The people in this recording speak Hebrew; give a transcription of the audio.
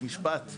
--- שחשבתי